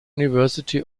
university